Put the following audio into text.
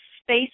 Space